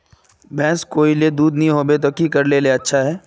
भैंस कोई अगर दूध नि होबे तो की करले ले अच्छा होवे?